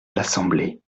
l’assemblée